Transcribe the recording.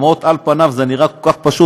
אפילו שעל פניו זה נראה כל כך פשוט.